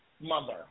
mother